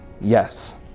yes